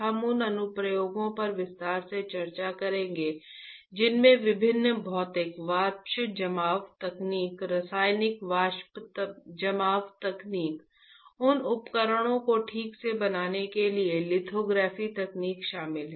हम उन अनुप्रयोगों पर विस्तार से चर्चा करेंगे जिनमें विभिन्न भौतिक वाष्प जमाव तकनीक रासायनिक वाष्प जमाव तकनीक उन उपकरणों को ठीक से बनाने के लिए लिथोग्राफी तकनीक शामिल हैं